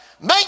make